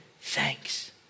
thanks